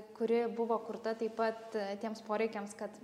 kuri buvo kurta taip pat tiems poreikiams kad